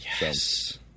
Yes